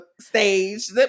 stage